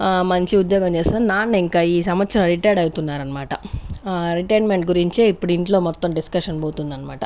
మంచి ఉద్యోగం చేస్తా నాన్న ఇంకా ఈ సంవత్సరం రిటైర్డ్ అవుతున్నారన్మాట రిటైర్మెంట్ గురించే ఇప్పుడు ఇంట్లో మొత్తం డిస్కషన్ పోతుందన్మాట